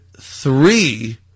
three